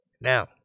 Now